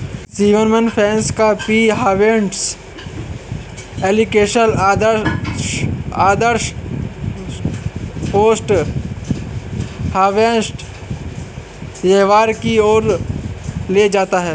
सिग्नाफ्रेश का pre harvest application आदर्श post harvest व्यवहार की ओर ले जाता है